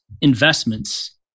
investments